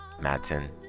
Madsen